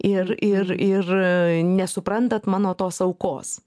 ir ir ir nesuprantate mano tos aukos